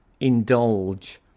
indulge